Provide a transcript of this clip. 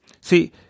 see